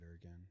again